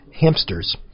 hamsters